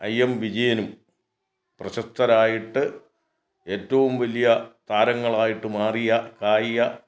I M വിജയനും പ്രശസ്തരായിട്ട് ഏറ്റവും വലിയ താരങ്ങളായിട്ട് മാറിയ കായിക